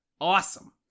awesome